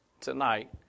tonight